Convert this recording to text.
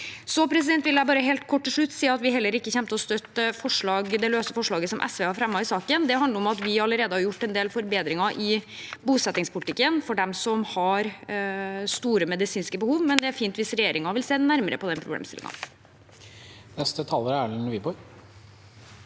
til slutt vil jeg bare kort si at vi heller ikke kommer til å støtte det løse forslaget SV har fremmet i saken. Det handler om at vi allerede har gjort en del forbedringer i bosettingspolitikken for dem som har store medisinske behov, men det er fint hvis regjeringen vil se nærmere på den problemstillingen. Erlend Wiborg